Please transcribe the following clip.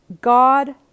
God